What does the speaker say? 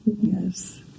Yes